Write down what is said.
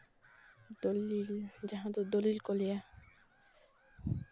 ᱫᱚᱞᱤᱞ ᱡᱟᱦᱟᱸ ᱫᱚ ᱫᱚᱞᱤᱞ ᱠᱚ ᱞᱟᱹᱭᱟ